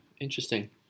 interesting